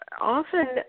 often